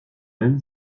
même